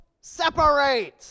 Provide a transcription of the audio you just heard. separate